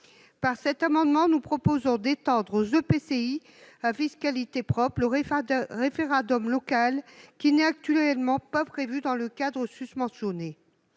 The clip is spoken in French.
Par cet amendement, nous proposons d'étendre aux EPCI à fiscalité propre le référendum local, qui n'est actuellement pas prévu dans le cadre susmentionné.